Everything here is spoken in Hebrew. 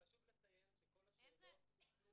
אבל חשוב לציין שכל השאלות הופנו גם